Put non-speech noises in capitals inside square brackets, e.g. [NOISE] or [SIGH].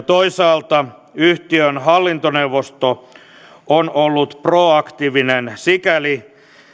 [UNINTELLIGIBLE] toisaalta yhtiön hallintoneuvosto on ollut proaktiivinen sikäli että